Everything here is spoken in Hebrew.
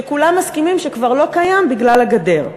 שכולם מסכימים שכבר לא קיים בגלל הגדר.